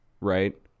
right